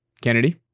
Kennedy